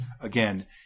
again